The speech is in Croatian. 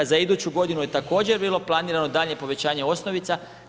Za iduću godinu je također bilo planirano daljnje povećanje osnovica.